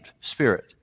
spirit